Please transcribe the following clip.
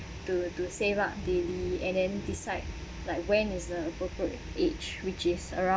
to to save up daily and then decide like when is the appropriate age which is around